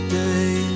day